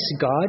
God